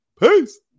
Peace